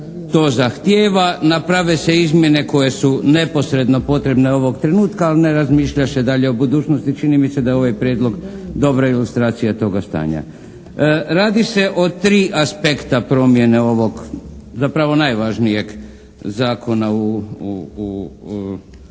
to zahtijeva, naprave se izmjene koje su neposredno potrebne ovog trenutka, al' ne razmišlja se dalje o budućnosti, čini mi se da je ovaj prijedlog dobra ilustracija toga stanja. Radi se o tri aspekta promjene ovog, zapravo najvažnijeg zakona u